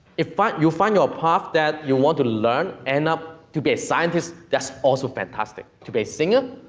if but you find you ah path that you want to learn, end up to be a scientist, that's also fantastic. to be a singer,